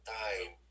time